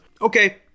Okay